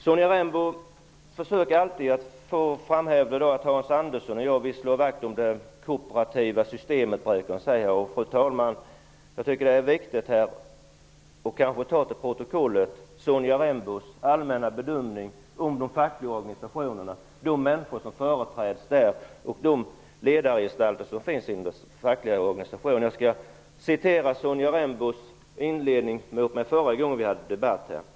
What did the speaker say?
Sonja Rembo försöker alltid framhäva att Hans Andersson och jag vill slå vakt om det kooperativa systemet. Jag tycker att det är viktigt, fru talman, att ta till protokollet Sonja Rembos allmänna bedömning av de fackliga organisationerna och av de företrädare och ledargestalter som finns i de fackliga organisationerna. Jag skall hänvisa till vad Sonja Rembo sade till mig förra gången vi här hade en debatt i detta ämne.